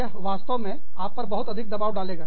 यह वास्तव में आप पर बहुत अधिक दबाव डालेगा